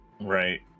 Right